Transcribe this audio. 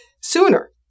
sooner